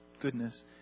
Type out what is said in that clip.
goodness